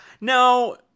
Now